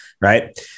right